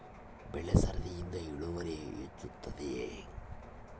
ಬೆಳೆ ಸರದಿಯಿಂದ ಇಳುವರಿ ಹೆಚ್ಚುತ್ತದೆಯೇ?